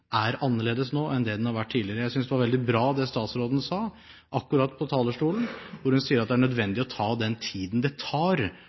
er annerledes nå enn det den har vært tidligere. Jeg synes det var veldig bra det statsråden sa fra talerstolen, hvor hun sa at det er